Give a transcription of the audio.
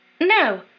No